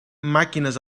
màquines